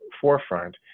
forefront